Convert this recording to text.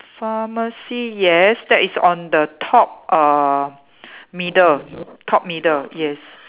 pharmacy yes that is on the top uh middle top middle yes